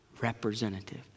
representative